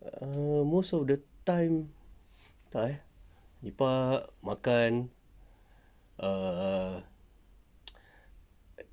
um most of the time entah eh lepak makan err